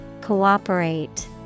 Cooperate